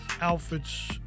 outfits